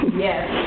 Yes